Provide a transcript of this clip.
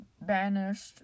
banished